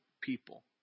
people